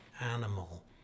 animal